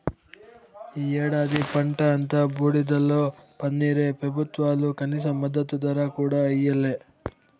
ఈ ఏడాది పంట అంతా బూడిదలో పన్నీరే పెబుత్వాలు కనీస మద్దతు ధర కూడా ఇయ్యలే